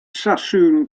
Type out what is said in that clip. sassoon